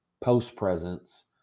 post-presence